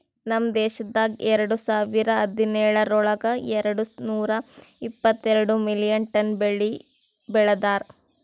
ನಮ್ ದೇಶದಾಗ್ ಎರಡು ಸಾವಿರ ಹದಿನೇಳರೊಳಗ್ ಎರಡು ನೂರಾ ಎಪ್ಪತ್ತೆರಡು ಮಿಲಿಯನ್ ಟನ್ ಬೆಳಿ ಬೆ ಳದಾರ್